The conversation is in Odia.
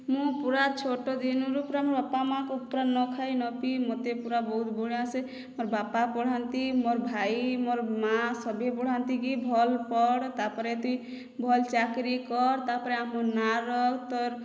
ମୁଁ ପୁରା ଛୋଟ ଦିନରୁ ପୁରା ମୋ ବାପା ମାଆଙ୍କ ପୁରା ନ ଖାଇ ନ ପିଇ ମୋତେ ପୁରା ବହୁତ ବଢ଼ିଆ ସେ ମୋର୍ ବାପା ପଢ଼ାନ୍ତି ମୋର୍ ଭାଇ ମୋର ମା ସଭିଏଁ ପଢ଼ାନ୍ତି କି ଭଲ୍ ପଢ଼ ତା ପରେ ତୁଇ ଭଲ୍ ଚାକିରି କର ତା ପରେ ଆମର୍ ନାଁ ରଖ ତୋର୍